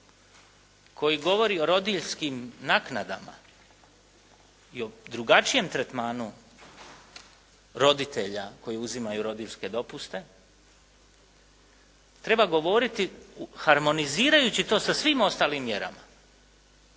koji govori o rodiljskim naknadama i o drugačijem tretmanu roditelja koji uzimaju rodiljske dopuste treba govoriti harmonizirajući to sa svim ostalim mjerama.